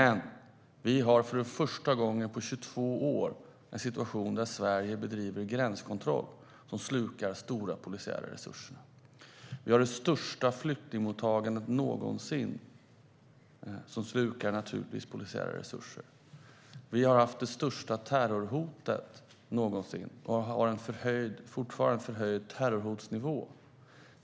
Nu har vi för första gången på 22 år en situation där Sverige bedriver gränskontroll som slukar stora polisiära resurser. Vi har det största flyktingmottagandet någonsin, vilket naturligtvis slukar polisiära resurser. Vi har haft det största terrorhotet någonsin, och vi har fortfarande en förhöjd terrorhotnivå.